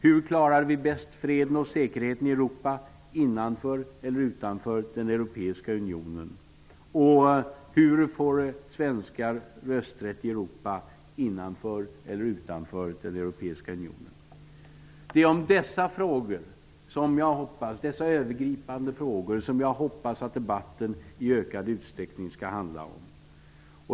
Hur klarar vi bäst freden och säkerheten i Europa, innanför eller utanför den europeiska unionen? Hur får svenskar rösträtt i Europa, innanför eller utanför den europeiska unionen? Det är dessa övergripande frågor som jag hoppas att debatten i ökad utrstäckning skall handla om.